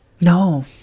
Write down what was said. No